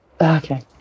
Okay